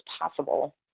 possible